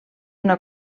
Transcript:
una